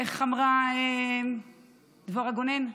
איך אמרה דבורה גונן?